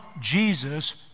Jesus